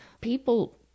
People